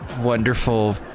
wonderful